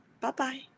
Bye-bye